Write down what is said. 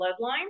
bloodline